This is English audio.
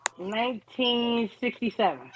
1967